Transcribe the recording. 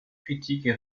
critiques